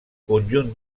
conjunt